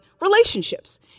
relationships